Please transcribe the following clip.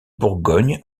bourgogne